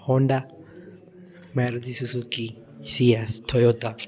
Honda Maruti Suzuki Ciaz Toyota